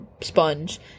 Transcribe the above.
sponge